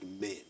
men